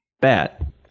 bad